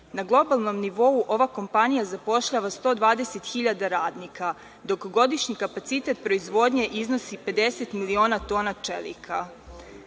Na globalnom nivou ova kompanija zapošljava 120.000 radnika, dok godišnji kapacitet proizvodnje iznosi 50 miliona tona čelika.